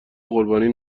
قربانی